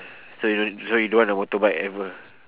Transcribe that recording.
so you don't so you don't want a motorbike ever